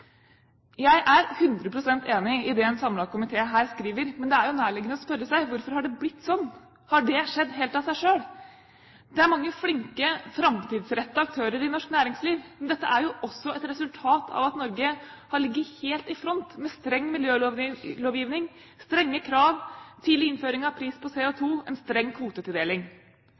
Jeg er 100 pst. enig i det en samlet komité her skriver, men det er jo nærliggende å spørre seg: Hvorfor har det blitt sånn? Har det skjedd helt av seg selv? Det er mange flinke, framtidsrettede aktører i norsk næringsliv, men dette er jo også et resultat av at Norge har ligget helt i front, med streng miljølovgivning, strenge krav, tidlig innføring av pris på CO2, en streng kvotetildeling.